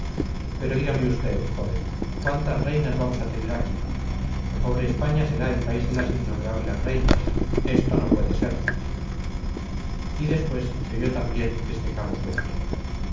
pero dígame usted joven cuántas reinas vamos a tener aquí la pobre españa será el país de las innumerables reinas esto no puede ser y después se oyó también este cabo suelto